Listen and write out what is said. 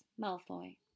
Malfoy